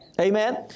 Amen